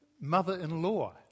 mother-in-law